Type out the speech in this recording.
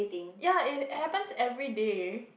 ya it happens everyday